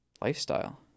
lifestyle